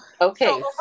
Okay